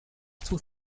two